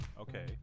okay